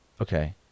Okay